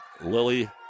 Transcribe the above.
Lily